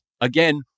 again